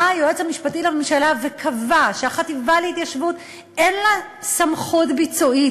בא היועץ המשפטי לממשלה וקבע שהחטיבה להתיישבות אין לה סמכות ביצועית,